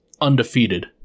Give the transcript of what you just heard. undefeated